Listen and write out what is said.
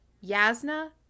Yasna